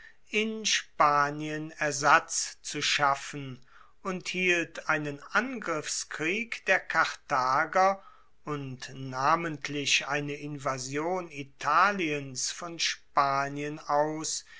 in spanien ersatz zu schaffen und hielt einen angriffskrieg der karthager und namentlich eine invasion italiens von spanien aus